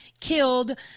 killed